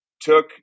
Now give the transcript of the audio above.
took